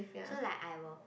so like I will